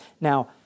Now